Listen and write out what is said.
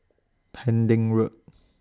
Pending Road